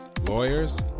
lawyers